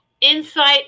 Insight